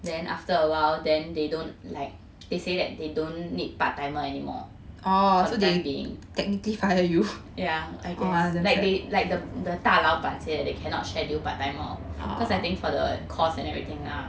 then after a while then they don't like they say that they don't need part timer anymore for the time being yeah I guess like the 大老板 said that they cannot schedule part timer cause I think for the cost and everything lah